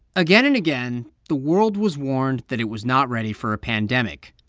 again and again, the world was warned that it was not ready for a pandemic,